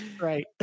Right